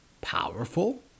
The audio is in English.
powerful